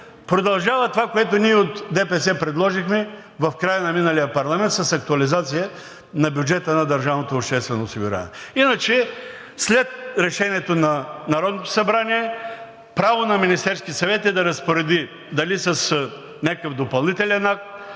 продължава това, което ние от ДПС предложихме в края на миналия парламент с актуализация на бюджета на държавното обществено осигуряване. Иначе след Решението на Народното събрание право на Министерския съвет е да разпореди дали с някакъв допълнителен акт,